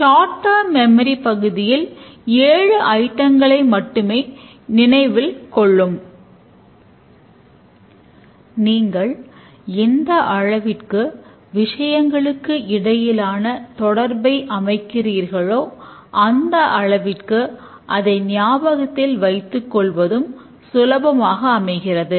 கட்டமைக்கப்பட்ட பகுப்பாய்வு என்பது டாப் டவுன் டீகம்போசிஷன் செய்கிறோம்